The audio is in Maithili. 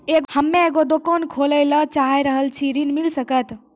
हम्मे एगो दुकान खोले ला चाही रहल छी ऋण मिल सकत?